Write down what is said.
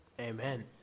amen